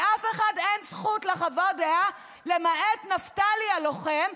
לאף אחד אין זכות לחוות דעה למעט נפתלי הלוחם.